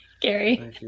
gary